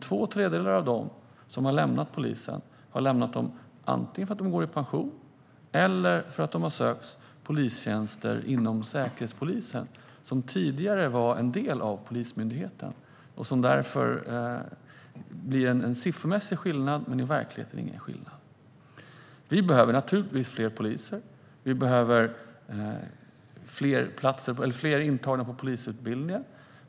Två tredjedelar av dem som har lämnat polisen har dock lämnat antingen för att de har gått i pension eller för att de har sökt polistjänster inom Säkerhetspolisen, som tidigare var en del av Polismyndigheten. Det blir därför en siffermässig skillnad men ingen skillnad i verkligheten. Vi behöver naturligtvis fler poliser, och vi behöver fler antagna till polisutbildningen.